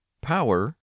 power